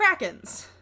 krakens